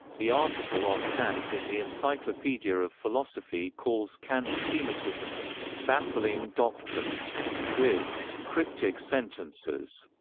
the article on kant in the encyclopedia of philosophy calls kant's schematism a baffling doctrine with cryptic sentences.